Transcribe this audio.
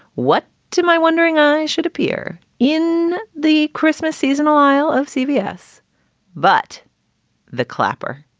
what to my wondering, i should appear in the christmas seasonal aisle of cbs but the clapper